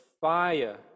fire